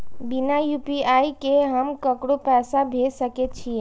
बिना यू.पी.आई के हम ककरो पैसा भेज सके छिए?